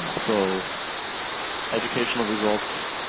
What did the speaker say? so educational results